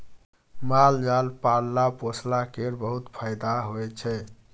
माल जाल पालला पोसला केर बहुत फाएदा होइ छै